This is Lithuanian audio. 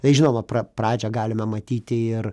tai žinoma pra pradžią galime matyti ir